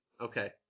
Okay